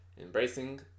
embracing